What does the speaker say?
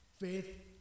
Faith